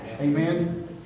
Amen